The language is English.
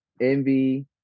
envy